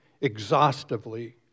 exhaustively